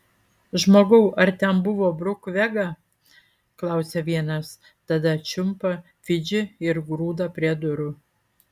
žmogau ar ten buvo bruk vega klausia vienas tada čiumpa fidžį ir grūda prie durų